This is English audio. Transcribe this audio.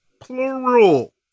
Plural